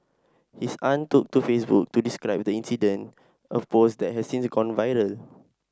his aunt took to Facebook to describe the incident a post that has since gone viral